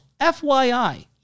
FYI